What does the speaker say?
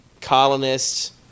colonists